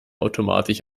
automatisch